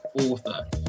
author